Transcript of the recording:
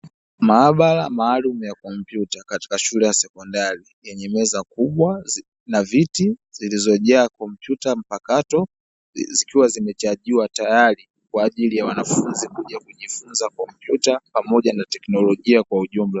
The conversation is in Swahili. Maabara maalumu ya kompyuta katika shule ya sekondari, yenye meza kubwa na viti zilizojaa kompyuta mpakato zikiwa zimechajiwa tayari, kwa ajili ya wanafunzi kuja kujifunza kompyuta pamoja na teknolojia kwa ujumla.